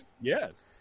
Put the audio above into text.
Yes